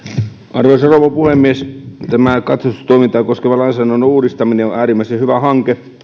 arvoisa rouva puhemies tämä katsastustoimintaa koskevan lainsäädännön uudistaminen on äärimmäisen hyvä hanke